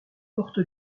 porte